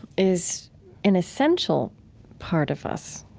is an essential part of us,